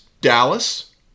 Dallas